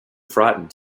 frightened